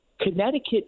Connecticut